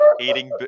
eating